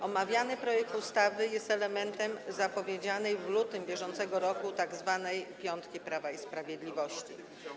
Omawiany projekt ustawy jest elementem zapowiedzianej w lutym br. tzw. piątki Prawa i Sprawiedliwości.